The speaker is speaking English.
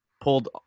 pulled